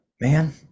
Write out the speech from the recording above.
man